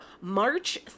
March